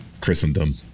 Christendom